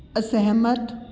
ਅਸਹਿਮਤ